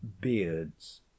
beards